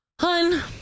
Hun